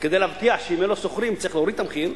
כדי להבטיח שאם אין לו שוכרים הוא יוריד את המחיר.